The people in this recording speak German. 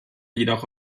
jedoch